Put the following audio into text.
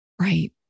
Right